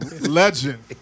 legend